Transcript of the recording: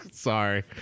Sorry